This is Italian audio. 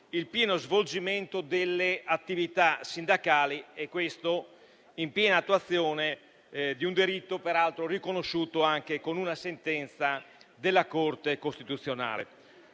il pieno svolgimento delle attività sindacali e questo in piena attuazione di un diritto peraltro riconosciuto anche con una sentenza della Corte costituzionale.